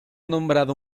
nombrado